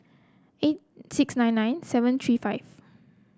eight six nine nine seven three five